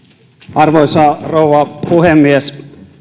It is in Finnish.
arvoisa rouva puhemies